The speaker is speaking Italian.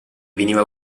veniva